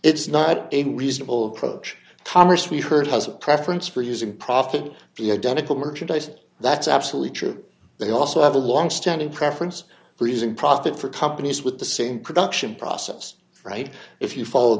it's not a reasonable approach commerce we heard has a preference for using profit be identical merchandise that's absolutely true they also have a longstanding preference for using profit for companies with the same production process right if you follow